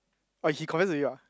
oh he confess to you ah